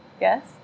Yes